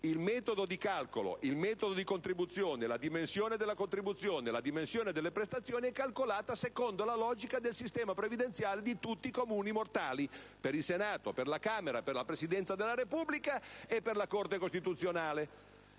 il metodo di calcolo, il metodo di contribuzione, la dimensione della contribuzione, la dimensione delle prestazioni sono adottati secondo la logica del sistema previdenziale di tutti i comuni mortali, per il Senato, per la Camera, per la Presidenza della Repubblica e per la Corte costituzionale.